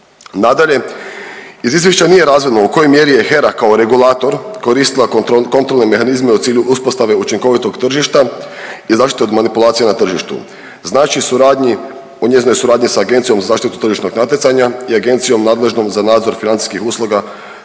Nadalje, iz izvješća nije razvidno u kojoj mjeri je HERA kao regulator koristila kontrolne mehanizme u cilju uspostave učinkovitog tržišta i zaštite od manipulacije na tržištu. Znači suradnji, o njezinoj suradnji sa Agenciji za zaštitu tržišnog natjecanja i agencijom nadležnom za nadzor financijskih usluga